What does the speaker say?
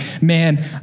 man